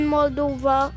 Moldova